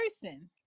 person